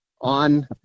on